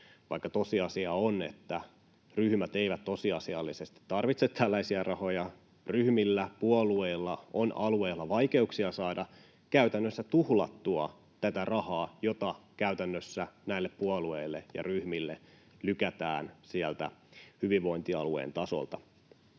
vaikka tosiasia on, että ryhmät eivät tosiasiallisesti tarvitse tällaisia rahoja. Ryhmillä, puolueilla, on alueilla vaikeuksia saada käytännössä tuhlattua tätä rahaa, jota käytännössä näille puolueille ja ryhmille lykätään sieltä hyvinvointialueen tasolta.